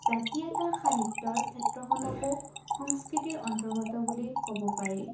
জাতি এটাৰ সাহিত্যৰ ক্ষেত্ৰখনকো সংস্কৃতিৰ অন্তৰ্গত বুলি ক'ব পাৰি